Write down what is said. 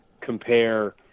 compare